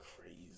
crazy